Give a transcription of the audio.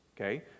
Okay